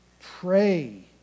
pray